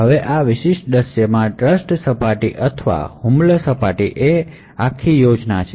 હવે આ દૃશ્યમાં ટ્રસ્ટ સપાટી અથવા હુમલો સપાટી એ આ સમગ્ર યોજના છે